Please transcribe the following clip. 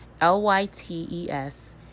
L-Y-T-E-S